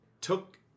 took